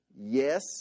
Yes